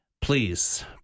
please